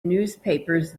newspapers